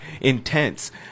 intense